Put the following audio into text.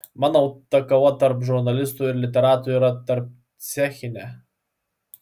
manau ta kova tarp žurnalistų ir literatų yra tarpcechinė